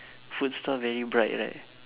food store very bright right